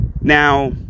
Now